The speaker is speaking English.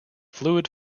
fluid